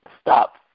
stop